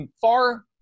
far